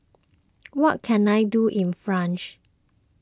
what can I do in France